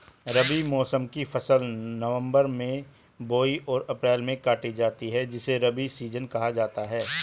रबी मौसम की फसल नवंबर में बोई और अप्रैल में काटी जाती है जिसे रबी सीजन कहा जाता है